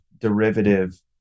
derivative